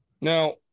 now